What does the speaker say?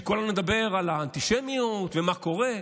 כבר לא נדבר על האנטישמיות ומה קורה.